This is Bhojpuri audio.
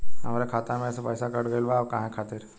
हमरे खाता में से पैसाकट गइल बा काहे खातिर?